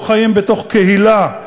לא חיים בתוך קהילה,